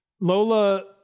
Lola